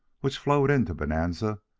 which flowed into bonanza,